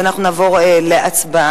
אז אנחנו נעבור להצבעה.